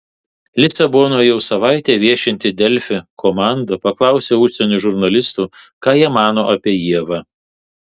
lisabonoje jau savaitę viešinti delfi komanda paklausė užsienio žurnalistų ką jie mano apie ievą